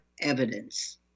evidence